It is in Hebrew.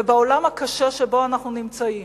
בעולם הקשה שבו אנחנו נמצאים,